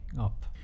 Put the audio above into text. up